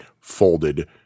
folded